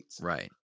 Right